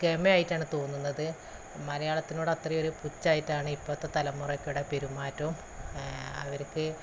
ഗമയായിട്ടാണ് തോന്നുന്നത് മലയാളത്തിനോട് അത്രയൊരു പുച്ഛമായിട്ടാണ് ഇപ്പോഴത്തെ തലമുറയുടെ പെരുമാറ്റവും അവർക്ക്